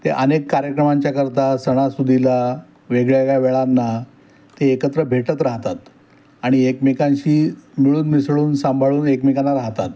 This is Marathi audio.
ते अनेक कार्यक्रमांच्याकरता सणासुदीला वेगळ्या वेगळ्या वेळांना ते एकत्र भेटत राहतात आणि एकमेकांशी मिळून मिसळून सांभाळून एकमेकांना राहतात